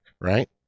right